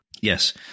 Yes